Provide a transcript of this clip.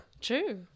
True